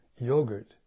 yogurt